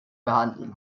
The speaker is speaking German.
behandeln